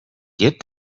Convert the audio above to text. get